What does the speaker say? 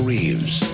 Reeves